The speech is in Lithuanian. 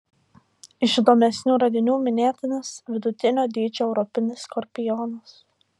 iš įdomesnių radinių minėtinas vidutinio dydžio europinis skorpionas